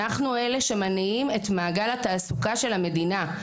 אנחנו אלה שמניעים את מעגל התעסוקה של המדינה.